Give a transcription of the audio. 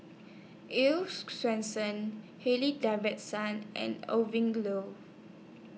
Earl's Swensens Harley Davidson and Owen Grove